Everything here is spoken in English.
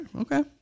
Okay